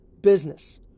business